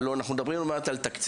הלוא אנחנו מדברים על תקציבים,